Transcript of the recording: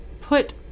put